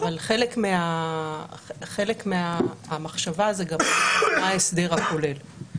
אבל חלק מהמחשבה זה גם מה ההסדר הכולל.